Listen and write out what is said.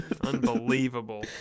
Unbelievable